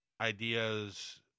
ideas